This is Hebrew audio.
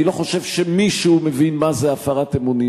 אני לא חושב שמישהו מבין מה זה הפרת אמונים.